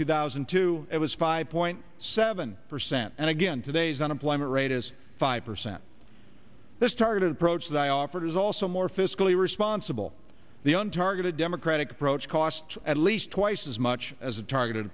two thousand and two it was five point seven percent and again today's unemployment rate is five percent this targeted approach that i offered is also more fiscally responsible the un targeted democratic approach cost at least twice as much as a targeted